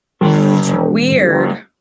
Weird